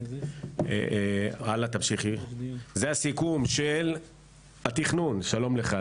זה הסיכום של התכנון.